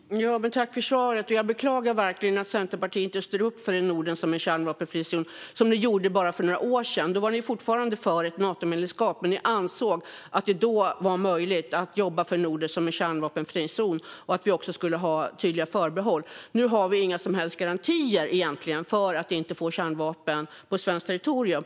Herr talman! Tack, Kerstin Lundgren, för svaret! Jag beklagar verkligen att Centerpartiet inte står upp för Norden som en kärnvapenfri zon som ni gjorde för bara några år sedan. Då var ni fortfarande för ett Natomedlemskap, men ni ansåg att det då var möjligt att jobba för Norden som en kärnvapenfri zon och att vi också skulle ha tydliga förbehåll. Nu har vi inga som helst garantier för att vi inte får kärnvapen på svenskt territorium.